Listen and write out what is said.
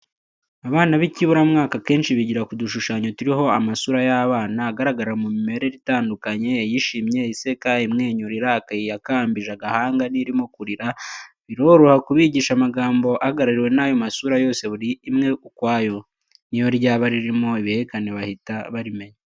Abana b'ikiburamwaka akenshi bigira ku dushushanyo turiho amasura y'abana, agaragara mu mimerere itandukanye: iyishimye, iseka, imwenyura, irakaye, iyakambije agahanga n'irimo kurira, biroroha kubigisha amagambo ahagarariwe n'ayo masura yose buri imwe ukwayo, ni yo ryaba ririmo ibihekane bahita barimenya.